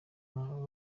nka